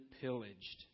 pillaged